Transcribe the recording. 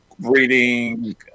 reading